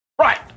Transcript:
Right